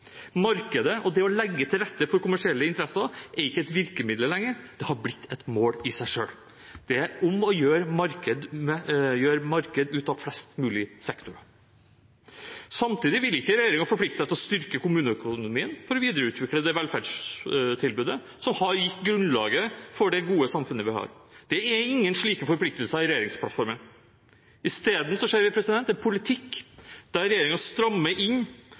Markedet og det å legge til rette for kommersielle interesser er ikke et virkemiddel lenger, det er blitt et mål i seg selv. Det er om å gjøre å gjøre marked ut av flest mulig sektorer. Samtidig vil ikke regjeringen forplikte seg til å styrke kommuneøkonomien for å videreutvikle det velferdstilbudet som har gitt grunnlaget for det gode samfunnet vi har. Det er ingen slike forpliktelser i regjeringsplattformen. I stedet ser vi en politikk der regjeringen strammer inn